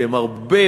שהם הרבה,